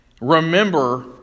Remember